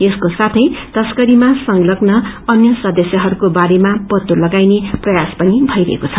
यसको साथै तश्करीमा संलग्न अन्य सदस्यहस्क्रो बारेमा पत्तो लागाउने प्रयास भइरहेको छ